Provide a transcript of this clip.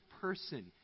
person